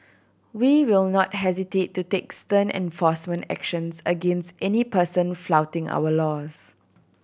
we will not hesitate to take stern enforcement actions against any person flouting our laws